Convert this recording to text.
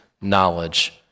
knowledge